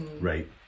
Right